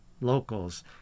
locals